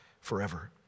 forever